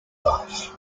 life